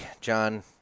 John